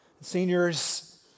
Seniors